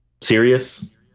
serious